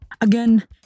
Again